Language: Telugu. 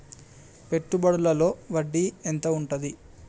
పెట్టుబడుల లో వడ్డీ ఎంత ఉంటది?